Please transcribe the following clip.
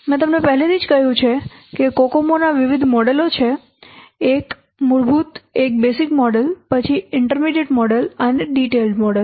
મેં તમને પહેલેથી જ કહ્યું છે કે કોકોમો ના વિવિધ મોડેલો છે એક મૂળભૂત એક બેઝિક મોડેલ પછી ઇન્ટરમીડિએટ મોડેલ અને ડિટેઇલડ મોડેલ